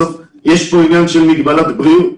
יש עניין של מגבלת בריאות.